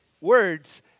words